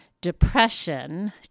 depression